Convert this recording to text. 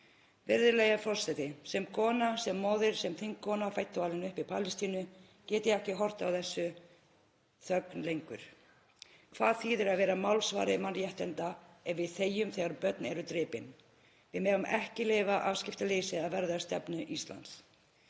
Virðulegi forseti. Sem kona, sem móðir, sem þingkona fædd og alin upp í Palestínu get ég ekki horft á þessa þögn lengur. Hvað þýðir að vera málsvari mannréttinda ef við þegjum þegar börn eru drepin? Við megum ekki leyfa afskiptaleysi að verða að stefnu Íslands.